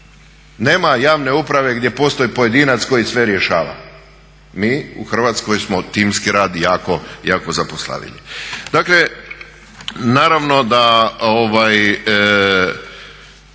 Nema javne uprave gdje postoji pojedinac koji sve rješava. Mi u Hrvatskoj smo timski rad jako zapostavili.